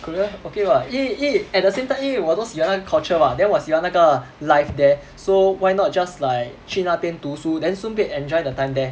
korea okay what 因为因为 at the same time 因为我都喜欢那个 culture [what] then 我喜欢那个 life there so why not just like 去那边读书 then 顺便 enjoy the time there